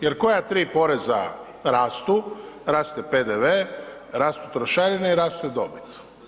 Jer koja tri poreza rastu, raste PDV, rastu trošarine i raste dobit.